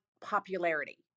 popularity